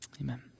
Amen